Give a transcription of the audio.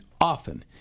often